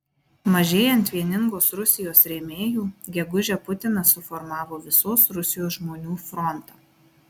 mažėjant vieningos rusijos rėmėjų gegužę putinas suformavo visos rusijos žmonių frontą